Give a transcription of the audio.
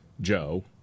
Joe